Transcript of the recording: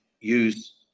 use